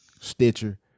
Stitcher